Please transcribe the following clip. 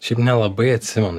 šiaip nelabai atsimenu